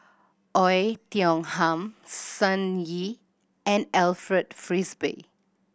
Oei Tiong Ham Sun Yee and Alfred Frisby